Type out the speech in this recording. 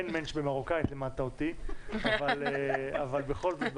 אין מענטש במרוקאית לימדת אותי אבל בכל זאת,